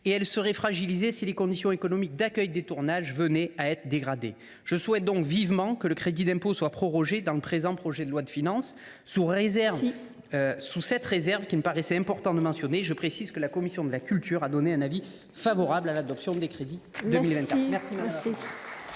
toutefois fragilisée si les conditions économiques d’accueil des tournages venaient à être dégradées. Je souhaite donc vivement que le crédit d’impôt soit prorogé dans le présent projet de loi de finances. Sous cette réserve, qu’il me paraissait important de mentionner, la commission de la culture a émis un avis favorable à l’adoption des crédits pour 2024.